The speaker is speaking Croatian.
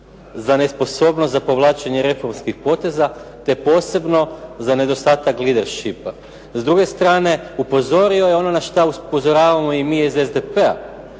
za nesposobnost za povlačenje reformskih poteza te posebno za nedostatak leadershipa. S druge strane, upozorio je ono na šta upozoravamo i mi iz SDP-a